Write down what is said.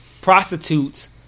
prostitutes